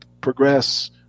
progress